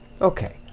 Okay